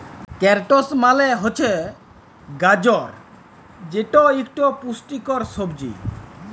carrots মালে হছে গাজর যেট ইকট পুষ্টিকর সবজি